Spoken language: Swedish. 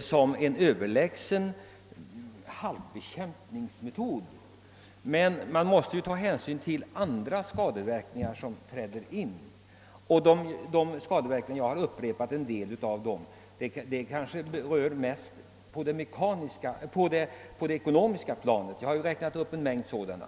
som en överlägsen halkbekämpningsmetod, men man måste ta hänsyn tiil andra skadeverkningar som träder in. Saltmetodens skadeverkningar ligger möjligen mest på det ekonomiska planet; jag har räknat upp en mängd av dem.